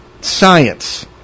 science